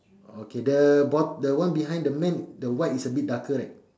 okay the bot~ the one behind the man the white is a bit darker right